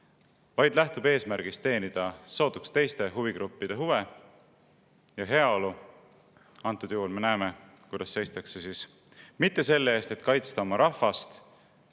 vaid lähtub eesmärgist teenida sootuks teiste huvigruppide huve ja heaolu. Antud juhul me näeme, kuidas seistakse mitte selle eest, et kaitsta oma rahvast